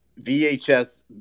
VHS